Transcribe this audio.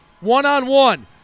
One-on-one